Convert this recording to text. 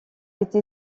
été